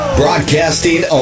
broadcasting